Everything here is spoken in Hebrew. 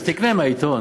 אז תקנה מהעיתון.